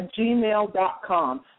gmail.com